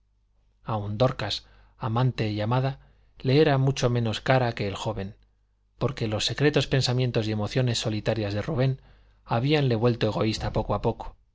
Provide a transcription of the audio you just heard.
aun dorcas amante y amada le era mucho menos cara que el joven porque los secretos pensamientos y emociones solitarias de rubén habíanle vuelto egoísta poco a poco